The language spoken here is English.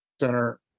Center